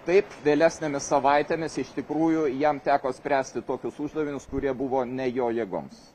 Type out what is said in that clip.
taip vėlesnėmis savaitėmis iš tikrųjų jam teko spręsti tokius uždavinius kurie buvo ne jo jėgoms